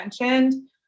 mentioned